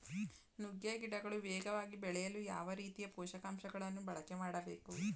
ನುಗ್ಗೆ ಗಿಡಗಳು ವೇಗವಾಗಿ ಬೆಳೆಯಲು ಯಾವ ರೀತಿಯ ಪೋಷಕಾಂಶಗಳನ್ನು ಬಳಕೆ ಮಾಡಬೇಕು?